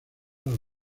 los